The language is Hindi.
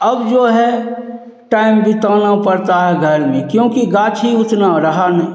अब जो है टाइम बिताना पड़ता है घर में क्योंकि गाछी उतना रहा नहीं